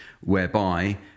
whereby